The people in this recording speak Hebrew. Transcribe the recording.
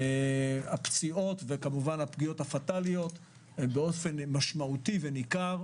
הפציעות וכמובן הפגיעות הפטאליות באופן משמעותי וניכר.